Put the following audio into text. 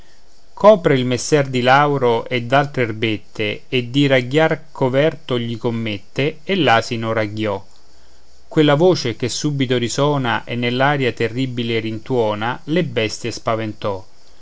copre il messer di lauro e d'altre erbette e di ragghiar coverto gli commette e l'asino ragghiò quella voce che subito risona e nell'aria terribile rintuona le bestie spaventò